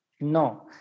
no